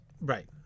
Right